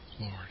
Lord